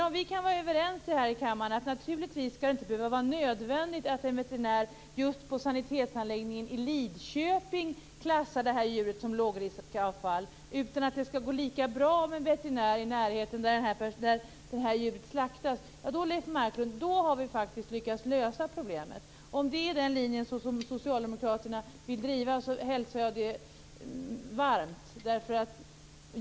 Om vi kan vara överens här i kammaren om att det naturligtvis inte skall behöva vara nödvändigt att en veterinär just på sanitetsanläggningen i Lidköping klassar det här djuret som lågriskavfall, utan att det skall gå lika bra med en veterinär i närheten av där djuret slaktats, så har vi faktiskt, Leif Marklund, lyckats lösa problemet. Om det är den linje som socialdemokraterna vill driva så hälsar jag det varmt.